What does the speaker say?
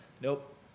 Nope